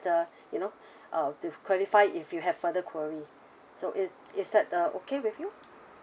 the you know uh to clarify if you have further query so i~ is that uh okay with you